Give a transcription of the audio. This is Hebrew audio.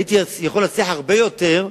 הייתי יכול להצליח הרבה יותר,